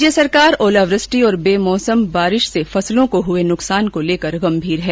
राज्य सरकार ओलावृष्टि और बेमौसम बारिश से फसलों को हुए नुकसान को लेकर गंभीर है